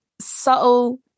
subtle